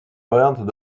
variante